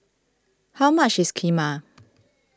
how much is Kheema